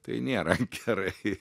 tai nėra gerai